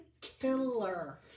killer